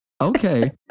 okay